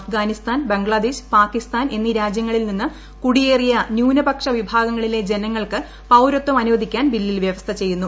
അഫ്ഗാനിസ്ഥാൻ ബംഗ്ലാദേശ് പാകിസ്ഥാൻ എന്നീ രാജ്യങ്ങളിൽ നിന്ന് കുടിയേറിയ ന്യൂനപക്ഷ വിഭാഗങ്ങളിലെ ജനങ്ങൾക്ക് പൌരത്വം അനുവദിക്കാൻ ബില്ലിൽ വ്യവസ്ഥ ചെയ്യുന്നു